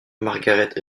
margaret